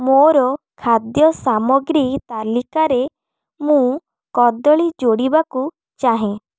ମୋର ଖାଦ୍ୟ ସାମଗ୍ରୀ ତାଲିକାରେ ମୁଁ କଦଳୀ ଯୋଡ଼ିବାକୁ ଚାହେଁ